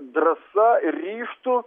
drąsa ryžtu